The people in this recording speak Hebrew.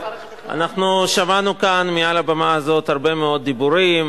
אנחנו שמענו כאן מעל הבמה הזאת הרבה מאוד דיבורים,